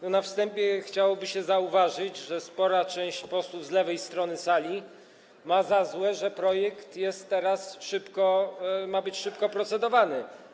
Na wstępie chciałoby się zauważyć, że spora część posłów z lewej strony sali ma za złe, że projekt jest teraz szybko, że ma być szybko procedowany.